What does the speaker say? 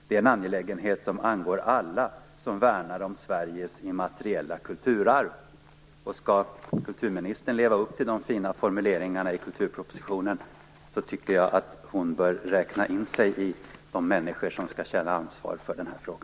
Det är en angelägenhet som angår alla som värnar om Skall kulturministern leva upp till de fina formuleringarna i kulturpropositionen tycker jag att hon bör räkna sig till de människor som skall känna ansvar för denna fråga.